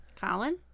Colin